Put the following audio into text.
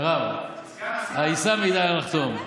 מרב, העיסה מעידה על הנחתום.